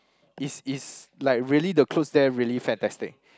is is like really the clothes there really fantastic